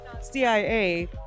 CIA